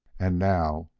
and now,